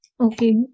Okay